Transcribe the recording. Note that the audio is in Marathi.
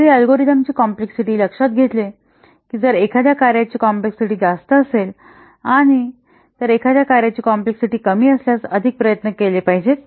तर ही अल्गोरिदम ची कॉम्प्लेक्सिटी लक्षात घेते की जर एखाद्या कार्याची कॉम्प्लेक्सिटी जास्त असेल आणि तर एखाद्या कार्याची कॉम्प्लेक्सिटी कमी असल्यास अधिक प्रयत्न केले पाहिजेत